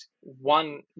one